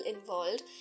involved